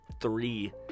three